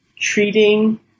treating